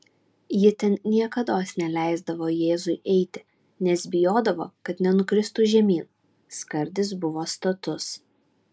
ji ten niekados neleisdavo jėzui eiti nes bijodavo kad nenukristų žemyn skardis buvo status